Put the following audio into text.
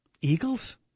Eagles